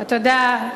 אתה יודע,